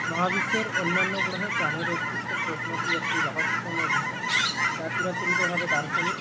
মহাবিশ্বের অন্যান্য গ্রহে প্রাণের অস্তিত্ব প্রশ্নটি একটি রহস্যময় বিষয় যা চিরাচরিতভাবে দার্শনিক